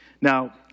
Now